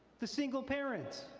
the single parents,